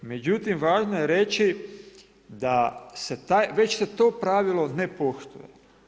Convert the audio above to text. Međutim, važno je reći da već se to pravilo ne poštuje.